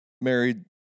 married